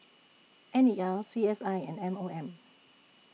N E L C S I and M O M